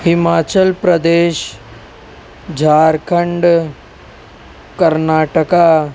Himachal Pradesh Jharkhand Karnataka